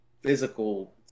physical